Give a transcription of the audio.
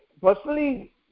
personally